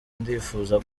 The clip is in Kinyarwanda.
ndifuza